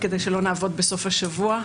כדי שלא נעבוד בסוף השבוע.